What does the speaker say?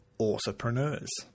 entrepreneurs